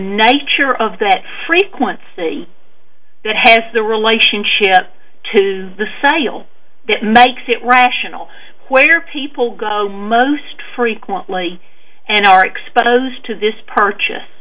nature of that frequent it has the relationship to the saddle that makes it rational where people go most frequently and are exposed to this purchase